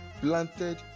planted